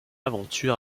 aventure